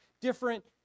different